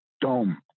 dome